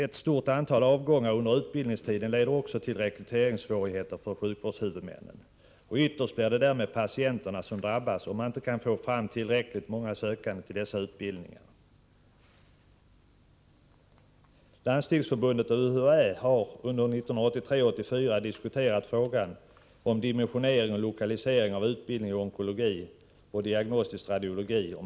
Ett stort antal avgångar under utbildningstiden leder till rekryteringssvårigheter för sjukvårdshuvudmännen. Ytterst blir det därmed patienterna som drabbas, om man inte kan få fram tillräckligt många sökande till dessa utbildningar. Landstingsförbundet och UHÄ har under tiden 1983-1984 diskuterat frågan om dimensionering och lokalisering av utbildningen i onkologi och diagnostisk radiologi.